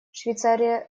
швейцария